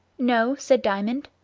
no, said diamond.